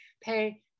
pay